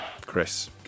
Chris